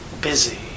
busy